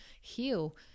heal